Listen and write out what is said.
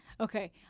Okay